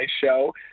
show